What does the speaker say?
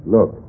Look